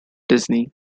disney